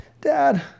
dad